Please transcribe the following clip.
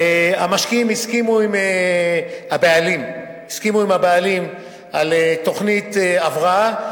המשקיעים הסכימו עם הבעלים על תוכנית הבראה.